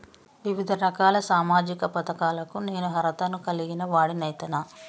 వివిధ రకాల సామాజిక పథకాలకు నేను అర్హత ను కలిగిన వాడిని అయితనా?